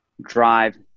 drive